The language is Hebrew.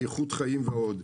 איכות חיים ועוד.